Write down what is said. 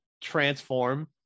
transform